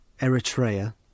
Eritrea